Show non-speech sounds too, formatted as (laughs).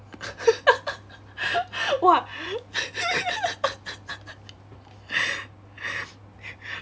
(laughs) !wah! (laughs)